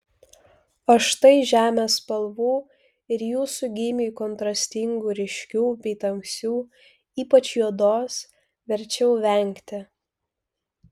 o štai žemės spalvų ir jūsų gymiui kontrastingų ryškių bei tamsių ypač juodos verčiau vengti